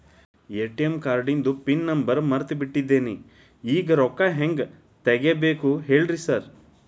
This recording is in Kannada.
ಎ.ಟಿ.ಎಂ ಕಾರ್ಡಿಂದು ಪಿನ್ ನಂಬರ್ ಮರ್ತ್ ಬಿಟ್ಟಿದೇನಿ ಈಗ ರೊಕ್ಕಾ ಹೆಂಗ್ ತೆಗೆಬೇಕು ಹೇಳ್ರಿ ಸಾರ್